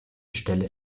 stelle